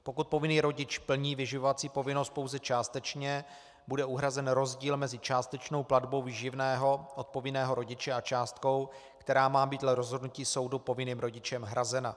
Pokud povinný rodič plní vyživovací povinnost pouze částečně, bude uhrazen rozdíl mezi částečnou platbou výživného od povinného rodiče a částkou, která má být dle rozhodnutí soudu povinným rodičem hrazena.